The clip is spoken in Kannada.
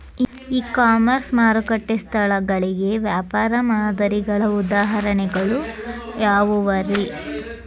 ಇ ಕಾಮರ್ಸ್ ಮಾರುಕಟ್ಟೆ ಸ್ಥಳಗಳಿಗೆ ವ್ಯಾಪಾರ ಮಾದರಿಗಳ ಉದಾಹರಣೆಗಳು ಯಾವವುರೇ?